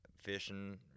fishing